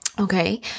Okay